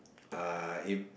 uh if